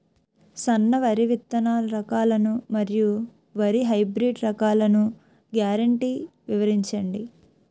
సన్న వరి విత్తనాలు రకాలను మరియు వరి హైబ్రిడ్ రకాలను గ్యారంటీ వివరించండి?